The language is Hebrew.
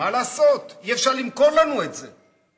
מה לעשות, אי-אפשר למכור לנו את זה.